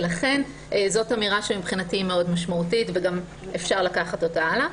לכן זו אמירה שמבחינתי היא משמעותית מאוד וגם אפשר לקחת אותה הלאה.